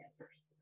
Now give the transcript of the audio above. answers